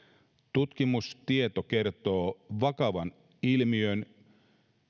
tutkimustieto kertoo vakavan ilmiön